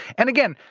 and again,